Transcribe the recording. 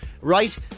Right